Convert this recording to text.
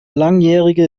langjährige